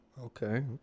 Okay